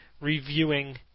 reviewing